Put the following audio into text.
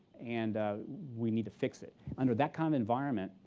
and we need to fix it, under that kind of environment,